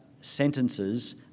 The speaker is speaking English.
sentences